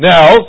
Now